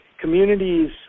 communities